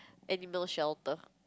animal shelter